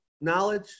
knowledge